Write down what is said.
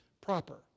proper